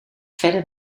verder